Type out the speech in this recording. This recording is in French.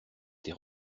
tes